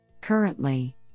Currently